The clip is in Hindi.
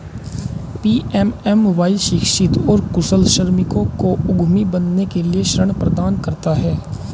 पी.एम.एम.वाई शिक्षित और कुशल श्रमिकों को उद्यमी बनने के लिए ऋण प्रदान करता है